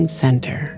center